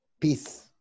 peace